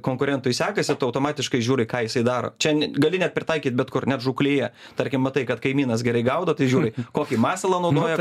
konkurentui sekasi tu automatiškai žiūrai ką jisai daro čia n gali net pritaikyt bet kur net žūklėje tarkim matai kad kaimynas gerai gaudo tai žiūrai kokį masalą naudoja